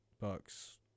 Bucks